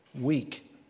week